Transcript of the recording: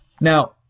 now